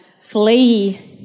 flee